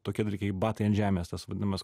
tokie dalykai batai ant žemės tas vadinamas